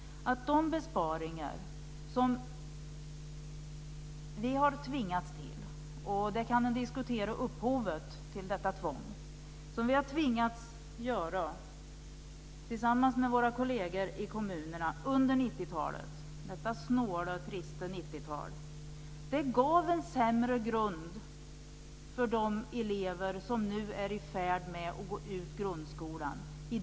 De besparingar som vi har tvingats till - och man kan diskutera upphovet till detta tvång - tillsammans med våra kolleger i kommunerna under 90 talet - detta snåla, trista 90-tal - gav en sämre grund för lärande för de elever som nu är i färd med att gå ut grundskolan.